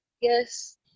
Yes